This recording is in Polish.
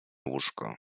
łóżko